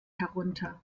herunter